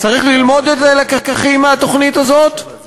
צריך ללמוד את הלקחים מהתוכנית הזאת,